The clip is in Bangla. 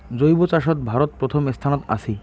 জৈব চাষত ভারত প্রথম স্থানত আছি